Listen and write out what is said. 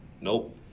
Nope